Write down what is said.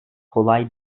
kolay